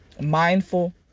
mindful